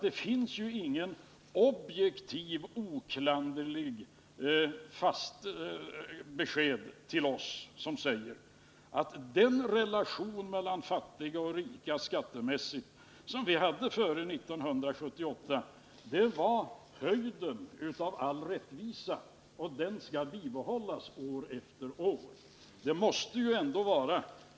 Det finns inget objektivt och oklanderligt fast besked till oss som säger att den relation mellan fattiga och rika som vi skattemässigt hade före 1978 var höjden av all rättvisa och att den skall bibehållas år efter år.